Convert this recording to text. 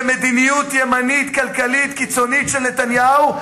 במדיניות הימנית הכלכלית הקיצונית של נתניהו,